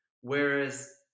Whereas